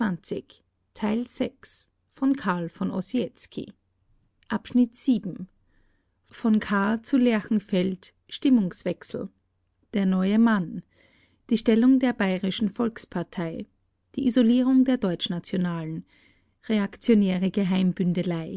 von kahr zu lerchenfeld stimmungswechsel der neue mann die stellung der bayerischen volkspartei die isolierung der deutschnationalen reaktionäre